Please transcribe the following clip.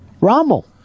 Rommel